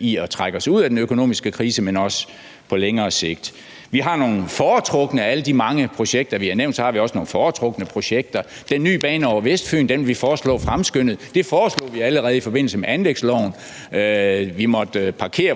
i at trække os ud af den økonomiske krise, men det gælder også på længere sigt. Ud af alle de mange projekter, vi har nævnt, har vi også nogle foretrukne projekter. Den nye bane over Vestfyn vil vi foreslå fremskyndet. Det foreslog vi allerede i forbindelse med anlægsloven. Vi måtte parkere